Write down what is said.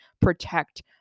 protect